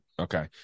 okay